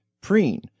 preen